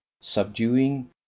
subduing